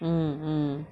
mm mm